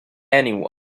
anyone